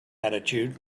attitude